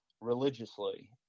religiously